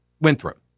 Winthrop